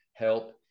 help